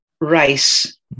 Rice